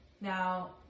Now